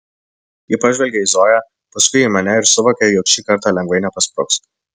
ji pažvelgia į zoją paskui į mane ir suvokia jog šį kartą lengvai nepaspruks